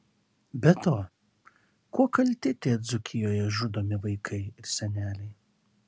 be to kuo kalti tie dzūkijoje žudomi vaikai ir seneliai